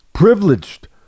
Privileged